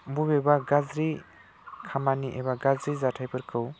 बबेबा गाज्रि खामानि एबा गाज्रि जाथायफोरखौ